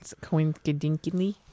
Coincidentally